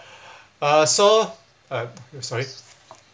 uh so um sorry